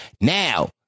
now